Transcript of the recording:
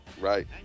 right